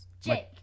Jake